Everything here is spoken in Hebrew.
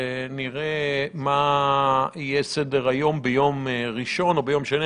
נראה מה יהיה סדר-היום ביום ראשון או ביום שני,